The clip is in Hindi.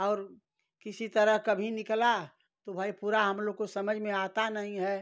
और किसी तरह कभी निकला तो भाई पूरा हमलोग को समझ में आता नहीं है